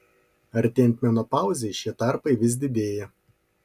artėjant menopauzei šie tarpai vis didėja